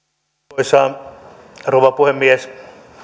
arvoisa rouva puhemies